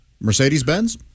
Mercedes-Benz